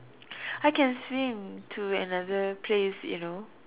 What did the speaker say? I can swim to another place you know